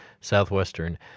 Southwestern